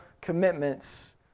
commitments